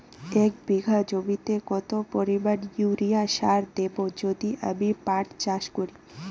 এক বিঘা জমিতে কত পরিমান ইউরিয়া সার দেব যদি আমি পাট চাষ করি?